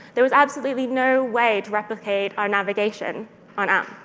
there was absolutely no way to replicate our navigation on amp.